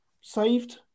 saved